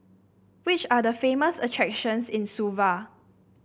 which are the famous attractions in Suva